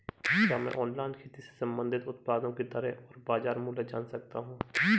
क्या मैं ऑनलाइन खेती से संबंधित उत्पादों की दरें और बाज़ार मूल्य जान सकता हूँ?